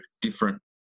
different